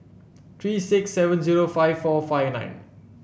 three six seven zero five four five nine